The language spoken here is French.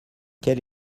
quel